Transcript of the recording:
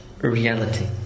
reality